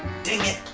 dang it.